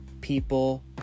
people